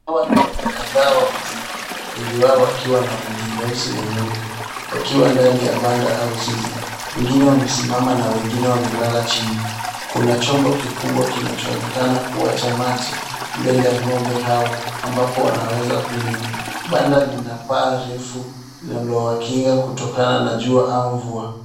Hawa ni ng'ombe kadhaa wa maziwa, wengi wao wakiwa na rangi nyeusi na nyeupe wakiwa ndani ya banda au zizi. Wengine wamesimama na wengine wamelala chini. Kuna chombo kikubwa kinachoonekana kuwa cha maji mbele ya ng'ombe hao, ambapo wanaweza kunywa. Banda lina paa refu linalowakinga kutokana na jua au mvua.